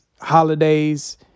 holidays